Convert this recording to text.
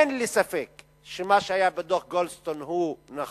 אין לי ספק שמה שהיה בדוח-גולדסטון הוא נכון.